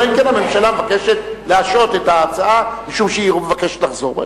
אלא אם כן הממשלה מבקשת להשעות את ההצעה משום שהיא מבקשת לחזור בה.